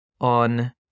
on